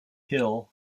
hill